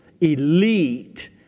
elite